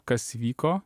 kas vyko